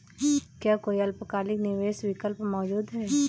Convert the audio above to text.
क्या कोई अल्पकालिक निवेश विकल्प मौजूद है?